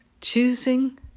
choosing